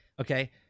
Okay